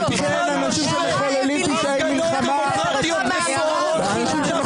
הפגנות דמוקרטיות לפוגרומים שאתם